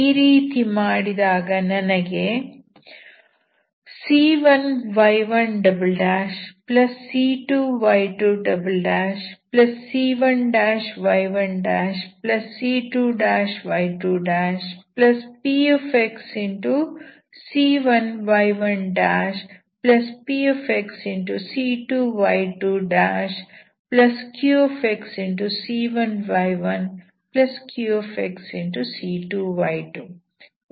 ಈ ರೀತಿ ಮಾಡಿದಾಗ ನನಗೆ c1y1c2y2c1y1c2y2pxc1y1pxc2y2qxc1y1qxc2y2f ಸಿಗುತ್ತದೆ